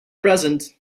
present